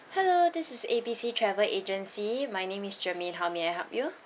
hello this is A B C travel agency my name is germaine how may I help you